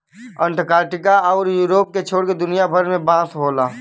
Antarctica आउर Europe के छोड़ के दुनिया भर में बांस होला